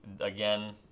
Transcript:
Again